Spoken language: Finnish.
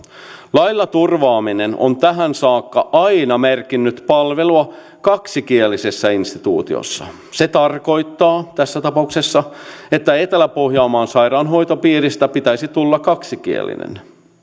lailla turvaaminen on tähän saakka aina merkinnyt palvelua kaksikielisessä instituutiossa se tarkoittaa tässä tapauksessa että etelä pohjanmaan sairaanhoitopiiristä pitäisi tulla kaksikielinen